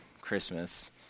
Christmas